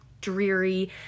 dreary